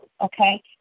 okay